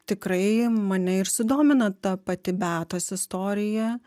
tikrai mane ir sudomina ta pati beatos istorija